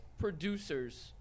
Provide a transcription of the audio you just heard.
producers